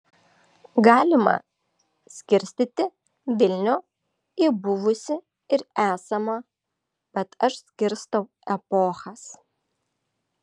galima skirstyti vilnių į buvusį ir esamą bet aš skirstau epochas